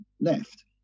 left